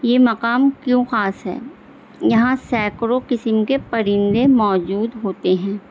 یہ مقام کیوں خاص ہے یہاں سیکروں قسم کے پرندے موجود ہوتے ہیں